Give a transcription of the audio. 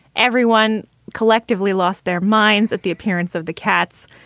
everyone collectively lost their minds at the appearance of the cats.